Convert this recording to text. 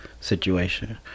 situation